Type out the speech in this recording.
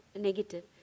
negative